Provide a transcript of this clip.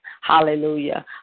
Hallelujah